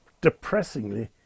depressingly